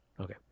okay